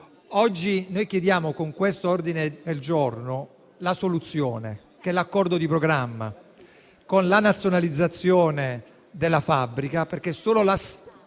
Oggi siamo a chiedere, con questo ordine del giorno, la soluzione che è l'accordo di programma, con la nazionalizzazione della fabbrica, perché solo lo